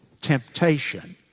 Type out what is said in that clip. temptation